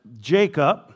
Jacob